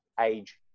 age